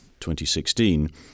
2016